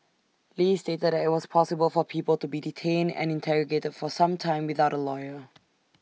li stated that IT was possible for people to be detained and interrogated for some time without A lawyer